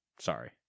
sorry